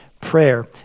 prayer